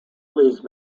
pleased